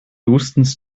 houstons